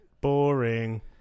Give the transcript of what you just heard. Boring